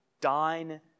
dine